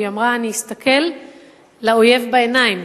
היא אמרה: אני אסתכל לאויב בעיניים,